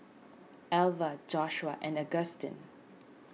Alver Joshua and Augustine